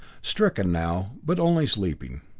stricken now, but only sleeping.